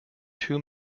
two